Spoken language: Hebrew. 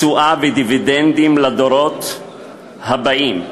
תשואה ודיווידנדים לדורות הבאים,